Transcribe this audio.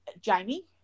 Jamie